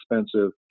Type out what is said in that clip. expensive